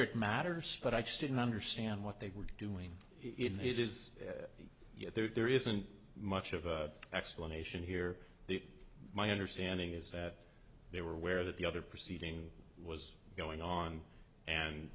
it matters but i just didn't understand what they were doing it is there isn't much of a explanation here my understanding is that they were aware that the other proceeding was going on and